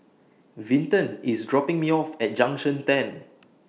Vinton IS dropping Me off At Junction ten